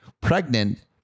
pregnant